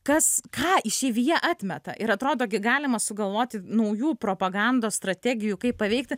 kas ką išeivija atmeta ir atrodo gi galima sugalvoti naujų propagandos strategijų kaip paveikti